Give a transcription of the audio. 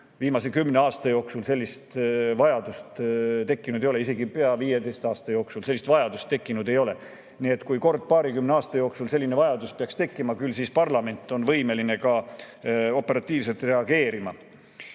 Viimase kümne aasta jooksul sellist vajadust tekkinud ei ole, isegi viieteistkümne aasta jooksul sellist vajadust tekkinud ei ole. Ja kui kord paarikümne aasta jooksul selline vajadus peaks tekkima, siis parlament on võimeline ka operatiivselt reageerima.